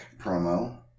promo